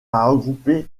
regrouper